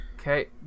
Okay